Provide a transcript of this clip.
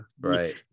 right